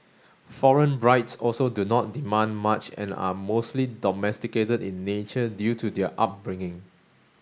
foreign brides also do not demand much and are mostly domesticated in nature due to their upbringing